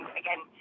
again